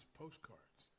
postcards